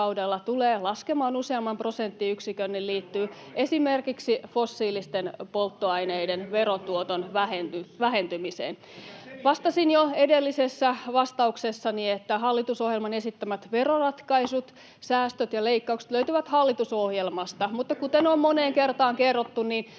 tulee laskemaan useamman prosenttiyksikön, liittyy esimerkiksi fossiilisten polttoaineiden verotuoton vähentymiseen. Vastasin jo edellisessä vastauksessani, että hallitusohjelman esittämät veroratkaisut, säästöt ja leikkaukset löytyvät hallitusohjelmasta. Mutta kuten on moneen kertaan kerrottu, niin